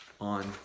on